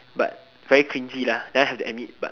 but very cringey lah that one have to admit but